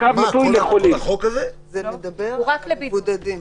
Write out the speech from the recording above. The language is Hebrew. --- החוק מדבר רק על מבודדים.